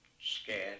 scared